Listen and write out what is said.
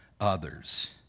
others